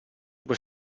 due